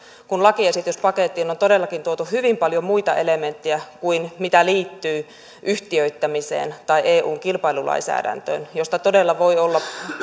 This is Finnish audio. kun lakiesityspakettiin on todellakin tuotu hyvin paljon muita elementtejä kuin mitä liittyy yhtiöittämiseen tai eun kilpailulainsäädäntöön josta todella voi olla